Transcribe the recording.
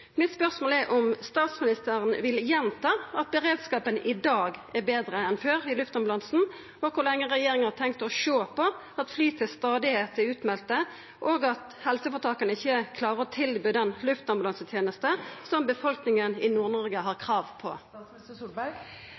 Mitt spørsmål er om statsministeren vil gjenta at beredskapen i dag er betre enn før i luftambulansetenesta, og kor lenge regjeringa har tenkt å sjå på at fly stadig er utmelde, og at helseføretaka ikkje klarer å tilby den luftambulansetenesta som befolkninga i Nord-Noreg har krav på.